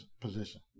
position